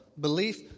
belief